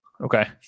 Okay